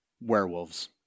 werewolves